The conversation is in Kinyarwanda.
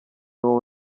wowe